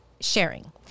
sharing